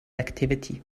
activity